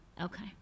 okay